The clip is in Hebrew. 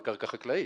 על קרקע חקלאית.